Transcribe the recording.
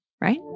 right